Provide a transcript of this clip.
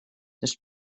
dos